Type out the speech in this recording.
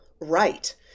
right